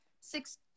six